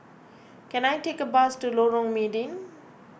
can I take a bus to Lorong Mydin